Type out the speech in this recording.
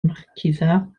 maquisards